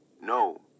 No